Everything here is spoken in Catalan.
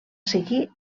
seguir